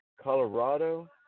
Colorado